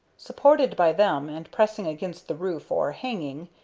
supported by them, and pressing against the roof or hanging,